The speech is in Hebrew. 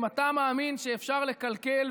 אם אתה מאמין שאפשר לקלקל,